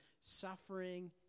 suffering